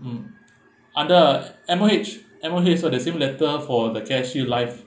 mm under M_O_H M_O_H so the same letter for the CashShield Life